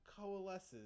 coalesces